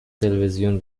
تلویزیون